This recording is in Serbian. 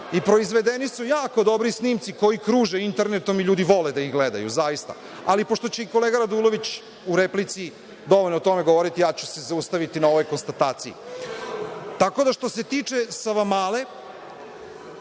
i proizvedeni su jako dobri snimci koji kruže internetom i ljudi vole da ih gledaju, zaista. Ali, pošto će i kolega Radulović u replici dovoljno o tome govoriti, ja ću se zaustaviti na ovoj konstataciji. Tako da, što se tiče Savamale,